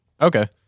Okay